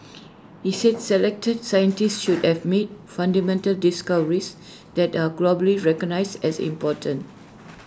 he said selected scientists should have made fundamental discoveries that are globally recognised as important